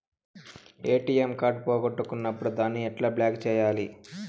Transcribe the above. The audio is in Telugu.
ఎ.టి.ఎం కార్డు పోగొట్టుకున్నప్పుడు దాన్ని ఎట్లా బ్లాక్ సేయాలి